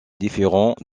différent